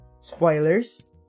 spoilers